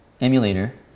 emulator